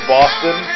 Boston